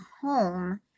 home